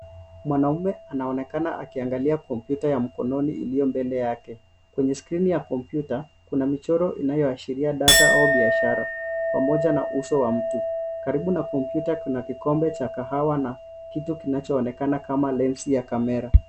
Mwanaume anaonekana akiangalia kompyuta ya mkononi iliyo mbele yake. Kwenye skrini ya kompyuta, kuna michoro inayoashiria data au biashara, pamoja na uso wa mtu. Karibu na kompyuta kuna kikombe cha kahawa na kitu kinachoonekana kama lensi ya kamera.